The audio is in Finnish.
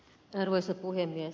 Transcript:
arvoisa puhemies